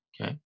Okay